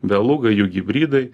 beluga jų hibridai